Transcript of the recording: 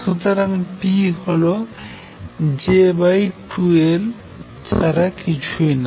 সুতরাং p হল J2Lছাড়া কিছুই না